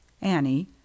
Annie